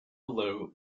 below